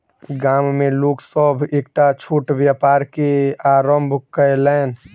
गाम में लोक सभ एकटा छोट व्यापार के आरम्भ कयलैन